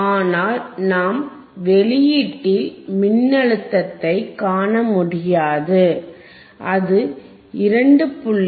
ஆனால் நாம் வெளியீட்டில் மின்னழுத்தத்தைக் காண முடியாது அது 2